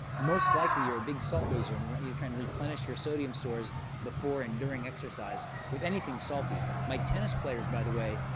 most likely you're a big salt loser, and we want you to try and replenish your sodium stores before and during exercise with anything salty. my tennis players, by the way,